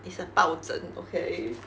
it's a 抱枕 okay